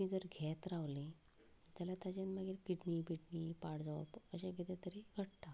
तीं जर घेत रावलीं जाल्यार ताच्यान मागीर किडनी बिडनी पाड जावप अशें कितें तरी घडटा